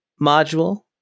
module